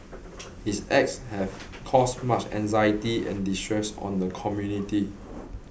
his acts have caused much anxiety and distress on the community